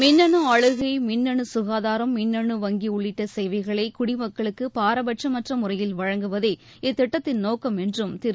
மின்னு ஆளுகை மின்னணு சுகாதாரம் மின்னணு வங்கி உள்ளிட்ட சேவைகளை குடிமக்களுக்கு பாரபட்சமற்ற முறையில் வழங்குவதே இத்திட்டத்தின் நோக்கம் என்றும் திரு